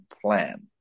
plan